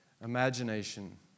imagination